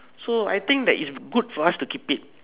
so I think that is good for us to keep it